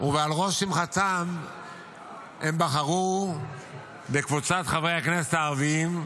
ועל ראש שמחתם הם בחרו בקבוצת חברי הכנסת הערבים.